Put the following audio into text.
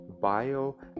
bio